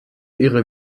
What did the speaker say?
ihre